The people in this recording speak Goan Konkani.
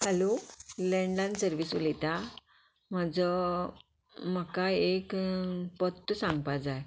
हॅलो लेण लायन सर्वीस उलयता म्हाजो म्हाका एक पत्तो सांगपा जाय